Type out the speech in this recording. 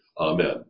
Amen